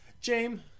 James